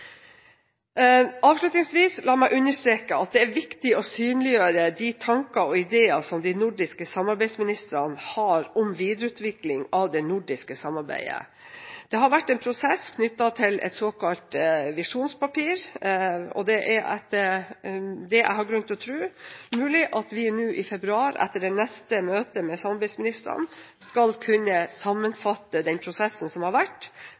Avslutningsvis la meg understreke at det er viktig å synliggjøre de tanker og ideer som de nordiske samarbeidsministrene har om videreutvikling av det nordiske samarbeidet. Det har vært en prosess knyttet til et såkalt visjonspapir, og det er etter det jeg har grunn til å tro, mulig at vi nå i februar, etter det neste møte mellom samarbeidsministrene, skal kunne sammenfatte den prosessen som har vært,